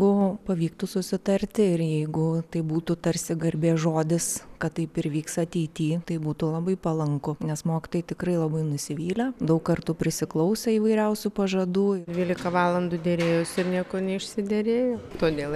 buvo pavyktų susitarti ir jeigu tai būtų tarsi garbės žodis kad taip ir vyks ateity tai būtų labai palanku nes mokytojai tikrai labai nusivylę daug kartų prisiklausę įvairiausių pažadų dvylika valandų derėjosi ir nieko neišsiderėjo todėl